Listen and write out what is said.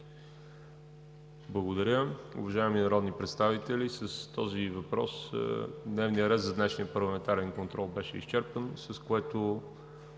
Благодаря. Уважаеми народни представители с този въпрос дневният ред за днешния парламентарен контрол беше изчерпан, с което